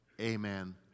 Amen